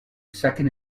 second